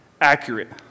accurate